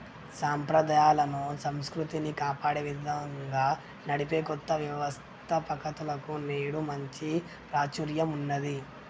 సంప్రదాయాలను, సంస్కృతిని కాపాడే విధంగా నడిపే కొత్త వ్యవస్తాపకతలకు నేడు మంచి ప్రాచుర్యం ఉన్నది